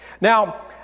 Now